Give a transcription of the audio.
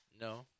No